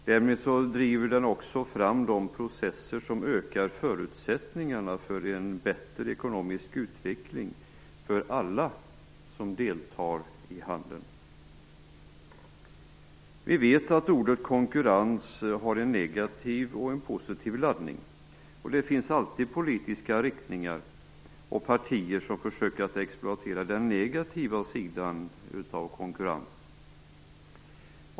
Därmed driver den också fram de processer som ökar förutsättningarna för en bättre ekonomisk utveckling för alla som deltar i handeln. Vi vet att ordet konkurrens har både en negativ och en positiv laddning. Det finns alltid politiska riktningar och partier som försöker att exploatera den negativa sidan av konkurrens.